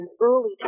early